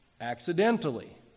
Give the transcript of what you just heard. accidentally